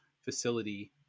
facility